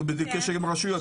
אנחנו בקשר עם הרשויות,